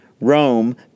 Rome